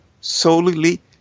solely